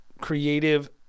Creative